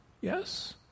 Yes